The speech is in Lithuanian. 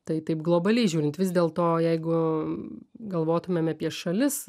tai taip globaliai žiūrint vis dėlto jeigu galvotumėm apie šalis